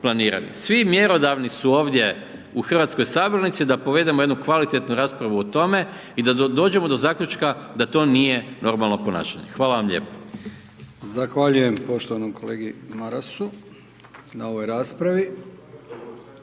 Svi mjerodavni su ovdje u hrvatskoj sabornici da povedemo jednu kvalitetnu raspravu o tome i da dođemo do zaključka da to nije normalno ponašanje. Hvala vam lijepa.